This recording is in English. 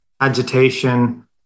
agitation